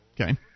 Okay